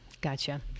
Gotcha